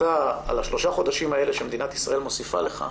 על ה-3 חודשים האלה שמדינת ישראל מוסיפה לך,